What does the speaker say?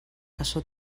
cassó